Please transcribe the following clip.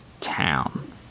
town